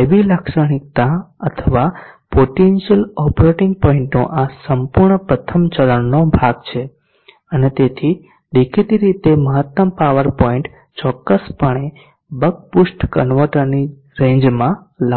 IV લાક્ષણિકતા અથવા potential operating પોઇન્ટનો આ સંપૂર્ણ પ્રથમ ચરણનો ભાગ છે અને તેથી દેખીતી રીતે મહત્તમ પાવર પોઇન્ટ ચોક્કસપણે બક બૂસ્ટ કન્વર્ટરની રેંજમાં આવશે